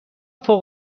فوق